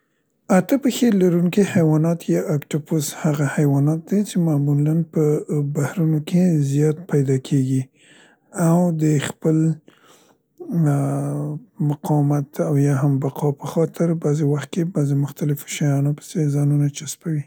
اته پښې لرونکي حیوانات یا اکتوپوس هغه حیوانات دي څې معمولاً په بحرونو کې زیات پیدا کېګي او د خپل اا مقاومت او یا هم بقا په خاطر بعضې وخت کې بعضې مختلفو شیونو (خبره واضح نده) کې ځانونه چسپیی.